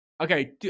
Okay